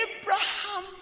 Abraham